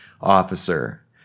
officer